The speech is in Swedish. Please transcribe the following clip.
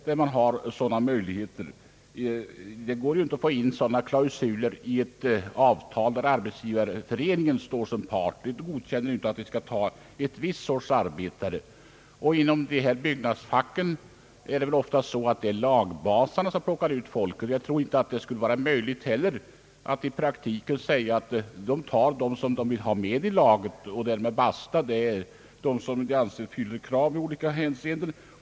Det går inte att få in sådana klausuler i avtal där Arbetsgivareföreningen står som part. Den godkänner inte något avtal om viss föreningstillhörighet för arbetare. Inom byggnadsfacken är det ofta lagbasarna som anställer arbetare. De tar dem som de vill ha med i laget och därmed basta. Lagbasarna väljer ut dem som de anser fylla kraven i olika hänseenden.